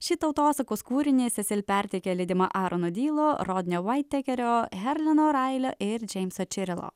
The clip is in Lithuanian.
šį tautosakos kūrinį sesil perteikė lydima arono dylo rodnio vaitekerio herleno railio ir čia džeimso čirilo